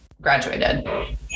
graduated